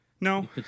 No